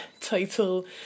title